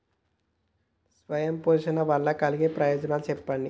స్వయం పోషణ వల్ల కలిగే ప్రయోజనాలు చెప్పండి?